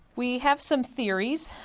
we have some theories.